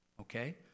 Okay